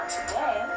today